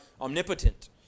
omnipotent